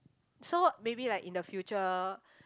so maybe like in the future